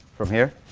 from here?